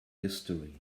history